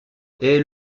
est